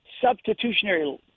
substitutionary